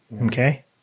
okay